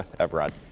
evrod